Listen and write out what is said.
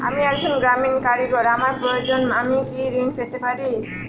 আমি একজন গ্রামীণ কারিগর আমার প্রয়োজনৃ আমি কি ঋণ পেতে পারি?